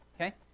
Okay